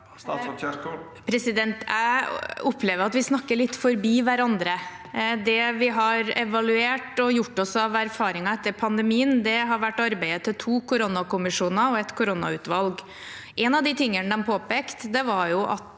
Jeg opplever at vi snakker litt forbi hverandre. Det vi har evaluert og gjort oss av erfaringer etter pandemien, har vært arbeidet til to koronakommisjoner og et koronautvalg. En av tingene de påpekte, var at